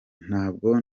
ntabwo